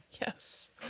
Yes